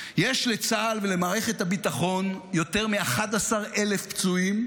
יש לצה"ל ולמערכת הביטחון יותר מ-11,000 פצועים,